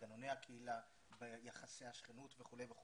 במנגנוני הקהילה, ביחסי השכנות וכו' וכו'.